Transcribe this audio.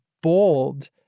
bold